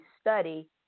study